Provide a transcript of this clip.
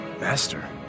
Master